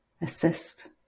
assist